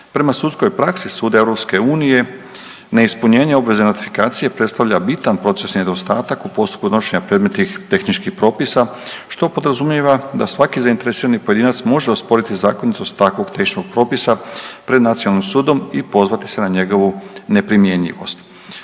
Prema sudskoj praksi sud EU neispunjenje obveze notifikacije predstavlja bitan procesni nedostatak u postupku donošenje predmetnih tehničkih propisa što podrazumijeva da svaki zainteresirani pojedinac može osporiti zakonitost takvog tehničkog propisa pred nacionalnim sudom i pozvati se na njegovu neprimjenjivost.